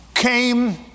Came